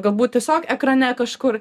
galbūt tiesiog ekrane kažkur